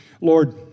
Lord